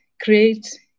create